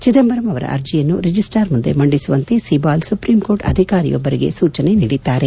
ಚಿದಂಬರಂ ಅವರ ಅರ್ಜಿಯನ್ನು ರಿಜಿಸ್ಟಾರ್ ಮುಂದೆ ಮಂಡಿಸುವಂತೆ ಸಿಬಾಲ್ ಸುಪ್ರೀಂಕೋರ್ಟ್ ಅಧಿಕಾರಿಯೊಬ್ಬರಿಗೆ ಸೂಚನೆ ನೀಡಿದ್ದಾರೆ